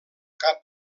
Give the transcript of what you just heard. cap